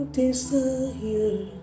desire